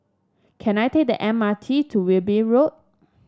can I take the M R T to Wilby Road